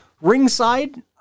Ringside